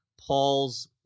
Paul's